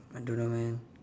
I don't know man